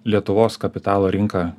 lietuvos kapitalo rinka